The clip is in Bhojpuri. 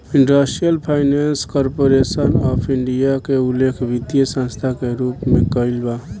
industrial finance corporation of India के उल्लेख वित्तीय संस्था के रूप में कईल बा